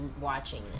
watching